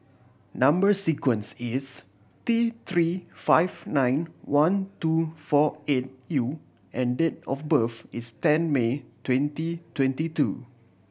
number sequence is T Three five nine one two four eight U and date of birth is ten May twenty twenty two